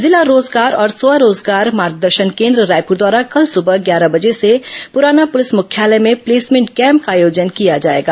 जिला रोजगार और स्व रोजगार मार्गदर्शन केन्द्र रायपुर द्वारा कल सुबह ग्यारह बजे से पुराना पुलिस मुख्यालय में प्लेसमेंट कैम्प का आयोजन किया जाएगा